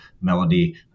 melody